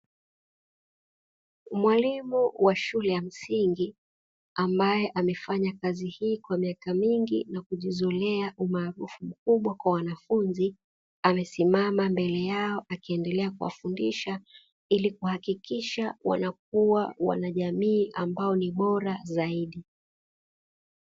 Mwalimu wa shule ya msingi ambae amefanya kazi hii kwa miaka mingi na kujizolea umaarufu mkubwa kwa wanafunzi, amesimama mbele yao akiendelea kuwafundisha, ili kuhakikisha wanakuwa wanajamii ambao ni bora zaidi.